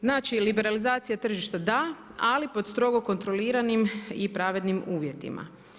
Znači liberalizacija tržišta da ali pod strogo kontroliranim i pravednim uvjetima.